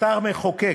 ואתה המחוקק.